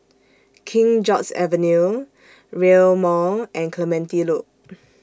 King George's Avenue Rail Mall and Clementi Loop